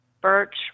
birch